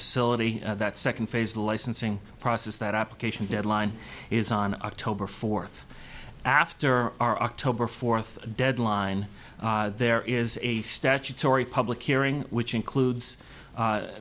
facility that second phase the licensing process that application deadline is on october fourth after our october fourth deadline there is a statutory public hearing which includes